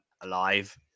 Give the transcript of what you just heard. alive